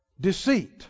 Deceit